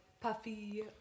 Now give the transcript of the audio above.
puffy